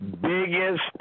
biggest